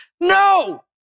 no